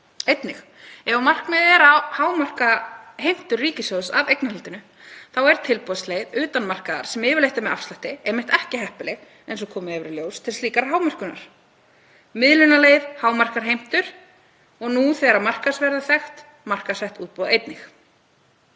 einnig að hámarka heimtur ríkissjóðs af eignarhaldinu þá er tilboðsleið utan markaðar sem yfirleitt er með afslætti einmitt ekki heppileg, eins og komið hefur í ljós, til slíkrar hámörkunar. Miðlunarleið hámarkar heimtur og nú þegar markaðsverðið er þekkt þá gerir markaðssett útboð það einnig.